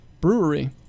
brewery